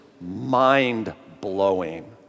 mind-blowing